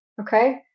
Okay